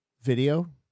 video